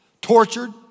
tortured